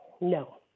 No